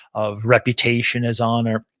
of reputation as honor.